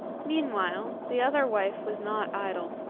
meanwhile the other wife was not idle.